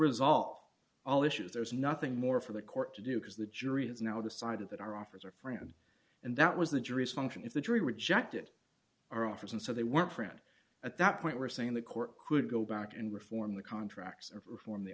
resolve all issues there's nothing more for the court to do because the jury has now decided that our offers are friends and that was the jury's function if the jury rejected our offers and so they weren't friends at that point we're saying the court could go back and reform the contract reform the